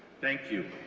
thank you,